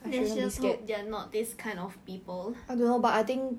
let's just hope they're not this kind of people